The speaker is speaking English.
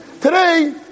Today